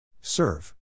Serve